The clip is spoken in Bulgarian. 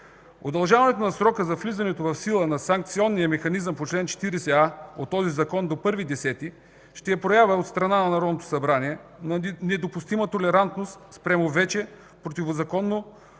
Удължаването на срока за влизането в сила на санкционния механизъм по чл. 40а от този закон до 1 октомври ще е проява от страна на Народното събрание на недопустима толерантност спрямо вече противозаконно